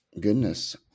goodness